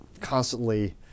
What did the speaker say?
constantly